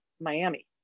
Miami